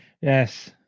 Yes